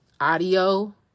audio